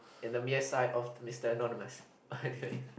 in the mere side of Mister Anonymous anyway